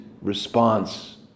response